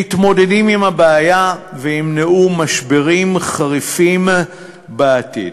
מתמודדים עם הבעיה וימנעו משברים חריפים בעתיד.